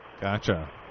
gotcha